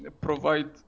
provide